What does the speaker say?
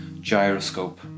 gyroscope